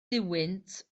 duwynt